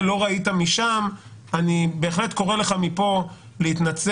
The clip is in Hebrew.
לא ראית משם אני בהחלט קורא לך להתנצל.